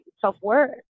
self-worth